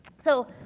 so,